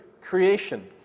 creation